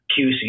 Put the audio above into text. qc